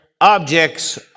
objects